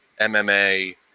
MMA